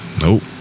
Nope